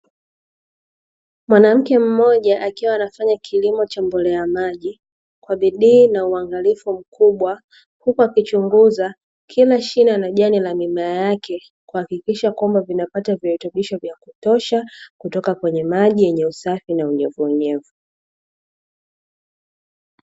Mwanamke mmoja akiwa anafanya kilimo cha mbolea maji kwa bidii na uangalifu mkubwa huku akichunguza kila shina na jane la mimea yake kuhakikisha kwamba vinapata virekebisho vya kutosha kutoka kwenye maji yenye usafi na unyevunyevu.